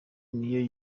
niyo